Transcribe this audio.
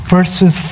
Verses